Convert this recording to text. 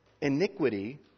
iniquity